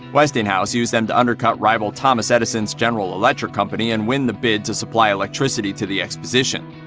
westinghouse used them to undercut rival thomas edison's general electric company and win the bid to supply electricity to the exposition.